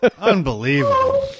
Unbelievable